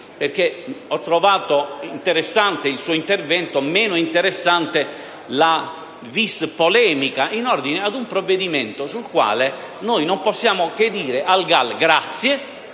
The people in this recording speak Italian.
perché ho trovato interessante il suo intervento, meno interessante la *vis* polemica in ordine ad un provvedimento su cui non possiamo che dire grazie